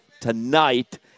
tonight